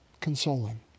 consoling